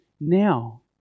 now